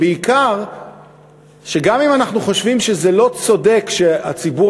בעיקר שגם אם אנחנו חושבים שזה לא צודק שהציבור